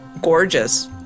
gorgeous